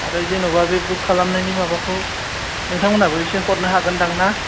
आरो जेन'बा बे बुख खालामनायनि माबाखौ नोंथामोनहाबो इसे हरनो हागोनदां ना